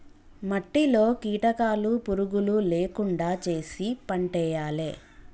మట్టిలో కీటకాలు పురుగులు లేకుండా చేశి పంటేయాలే